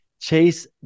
Chase